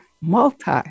multi